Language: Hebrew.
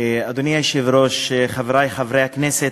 אדוני היושב-ראש, חברי חברי הכנסת,